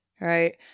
Right